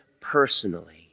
personally